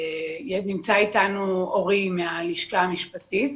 נמצא איתנו אורי מהלשכה המשפטית,